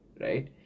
right